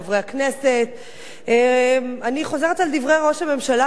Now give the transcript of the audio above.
אני חוזרת על דברי ראש הממשלה שאמר: דבר ברור,